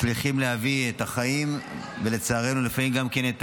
מצליחים להביא את החיים, ולצערנו לפעמים גם כן את